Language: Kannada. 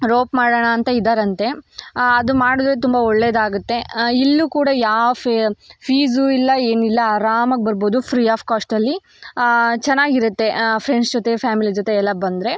ರೋಪ್ ಮಾಡೋಣ ಅಂತ ಇದ್ದಾರಂತೆ ಅದು ಮಾಡಿದ್ರೆ ತುಂಬ ಒಳ್ಳೆಯದಾಗುತ್ತೆ ಇಲ್ಲೂ ಕೂಡ ಯಾವ ಫೀಸು ಇಲ್ಲ ಏನಿಲ್ಲ ಆರಾಮಾಗಿ ಬರ್ಬೋದು ಫ್ರೀ ಆಫ್ ಕಾಸ್ಟಲ್ಲಿ ಚೆನ್ನಾಗಿರುತ್ತೆ ಫ್ರೆಂಡ್ಸ್ ಜೊತೆ ಫ್ಯಾಮಿಲಿ ಜೊತೆ ಎಲ್ಲ ಬಂದರೆ